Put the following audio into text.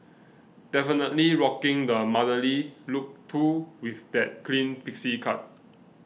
definitely rocking the motherly look too with that clean pixie cut